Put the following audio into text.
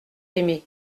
aimé